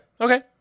okay